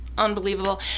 Unbelievable